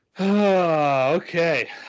Okay